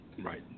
Right